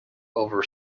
over